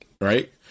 Right